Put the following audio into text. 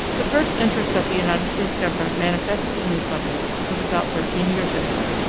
the first interest that the united states government manifested in the subject was about thirteen years ago.